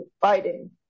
fighting